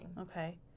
Okay